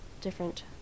different